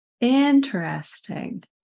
Interesting